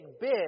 big